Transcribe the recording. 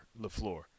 Lafleur